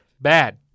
bad